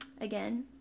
Again